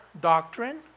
doctrine